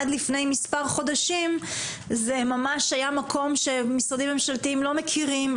עד לפני מספר חודשים זה ממש היה מקום שמשרדים ממשלתיים לא מכירים,